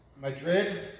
Madrid